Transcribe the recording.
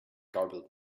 garbled